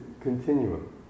continuum